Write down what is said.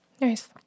Nice